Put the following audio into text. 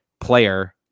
player